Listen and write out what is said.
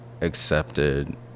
accepted